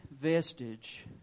vestige